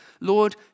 Lord